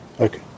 Okay